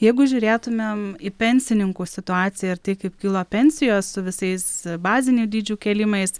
jeigu žiūrėtumėm į pensininkų situaciją tai kaip kilo pensijos su visais bazinių dydžių kėlimais